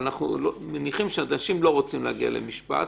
אבל אנחנו מניחים שאנשים לא רוצים להגיע למשפט.